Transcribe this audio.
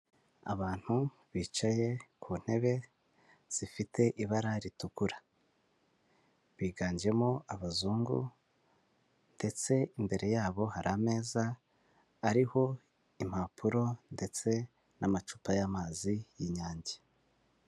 abantu bicaye ku ntebe zifite ibara ritukura biganjemo abazungu ndetse imbere yabo hari ameza ariho impapuro ndetse n'amacupa y'amazi y'Inyange.